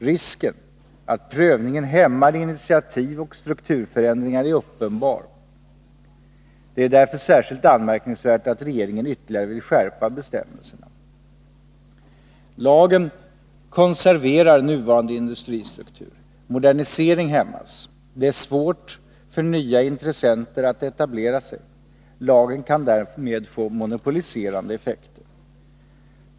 Risken att prövningen hämmar initiativ och strukturförändringar är uppenbar. Det är därför särskilt anmärkningsvärt att regeringen ytterligare vill skärpa bestämmelserna. Lagen konserverar nuvarande industristruktur. Modernisering hämmas. Det är svårt för nya intressenter att etablera sig. Lagen kan därmed få monopoliserande effekter.